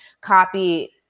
copy